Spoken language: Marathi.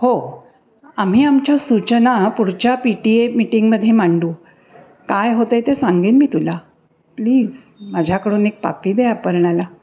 हो आम्ही आमच्या सूचना पुढच्या पी टी ए मीटिंगमध्ये मांडू काय होत आहे ते सांगेन मी तुला प्लीज माझ्याकडून एक पापी दे अपर्णाला